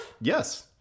Yes